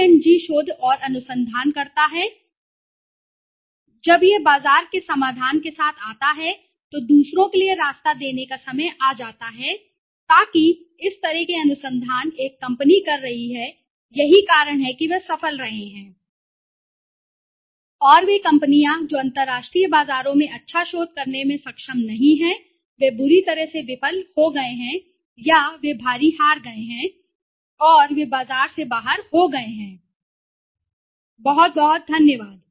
P and G PG शोध और अनुसंधान करता है और अनुसंधान करता है जब यह बाजार के समाधान के साथ आता है तो दूसरों के लिए रास्ता देने का समय आ जाता है ताकि इस तरह के अनुसंधान एक कंपनी कर रहे हैं यही कारण है कि वे सफल रहे हैं और वे कंपनियां जो अंतरराष्ट्रीय बाजारों में अच्छा शोध करने में सक्षम नहीं हैं वे बुरी तरह से विफल हो गए हैं या वे भारी हार गए हैं और वे बाजार से बाहर हो गए हैं बहुत बहुत धन्यवाद